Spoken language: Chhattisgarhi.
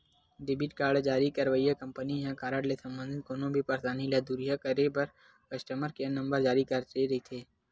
डेबिट कारड जारी करइया कंपनी ह कारड ले संबंधित कोनो भी परसानी ल दुरिहा करे बर कस्टमर केयर नंबर जारी करे रहिथे